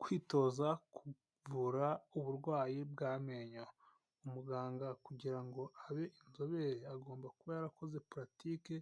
Kwitoza kuvura uburwayi bw'amenyo, umuganga kugira ngo abe inzobere agomba kuba yarakoze puratike